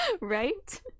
Right